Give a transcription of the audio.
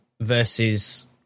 versus